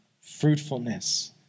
fruitfulness